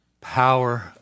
power